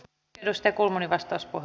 tiestä kolme vastaiskun